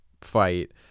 fight